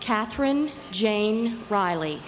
catherine jane riley